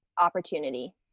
opportunity